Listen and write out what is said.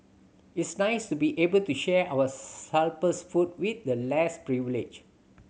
it's nice to be able to share our surplus food with the less privileged